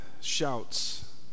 shouts